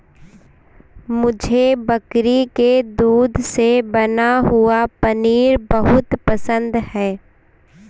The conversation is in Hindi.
मुझे बकरी के दूध से बना हुआ पनीर बहुत पसंद है